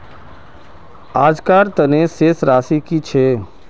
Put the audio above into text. आजकार तने शेष राशि कि छे?